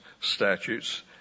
statutes